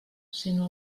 sinó